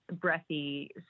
breathy